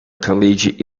collegiate